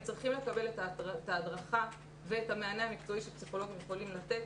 הם צריכים לקבל את ההדרכה ואת המענה המקצועי שפסיכולוגים יכולים לתת.